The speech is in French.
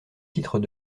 titre